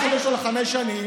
חמש שנים,